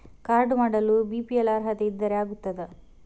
Card ಮಾಡಲು BPL ಅರ್ಹತೆ ಇದ್ದರೆ ಆಗುತ್ತದ?